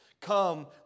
Come